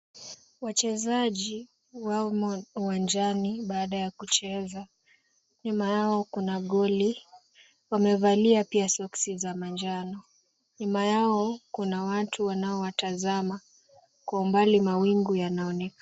Wachezaji wamo uwanjani baada ya kucheza. Nyuma yao kuna goli, wamevalia pia soksi za manjano. Nyuma yao kuna watu wanaowatazama, kwa umbali mawingu yanaonekana.